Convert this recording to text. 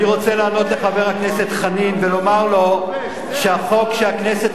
אני רוצה לענות לחבר הכנסת חנין ולומר לו שהחוק שהכנסת,